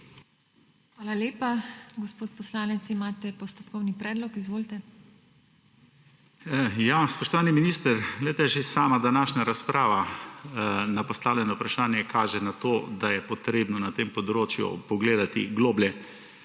Hvala lepa. Gospod poslanec, imate postopkovni predlog. Izvolite. JOŽE LENART (PS LMŠ): Spoštovani minister, že sama današnja razprava na postavljeno vprašanje kaže na to, da je treba na tem področju pogledati globlje.